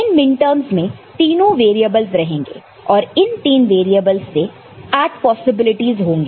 इन minterms में तीनों variables रहेंगे और इन 3 वैरियेबल्स से 8 पॉसिबिलिटीज होंगे